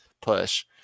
push